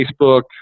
Facebook